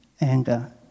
anger